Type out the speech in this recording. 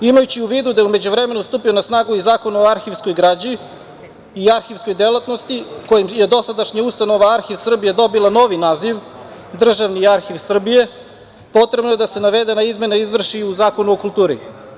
Imajući u vidu da je u međuvremenu stupio na snagu i Zakon o arhivskoj građi i arhivskoj delatnosti, kojim je dosadašnja ustanova Arhiv Srbije dobila novi naziv državni arhiv Srbije potrebno je da se navedena izmena izvrši u Zakonu o kulturi.